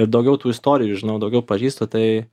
daugiau tų istorijų žinau daugiau pažįstu tai